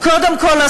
קודם כול,